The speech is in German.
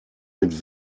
mit